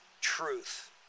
truth